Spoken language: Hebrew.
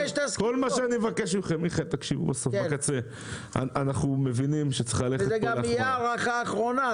אנחנו מבינים שצריך ללכת פה --- זאת גם הארכה אחרונה.